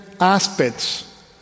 aspects